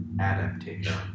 adaptation